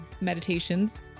meditations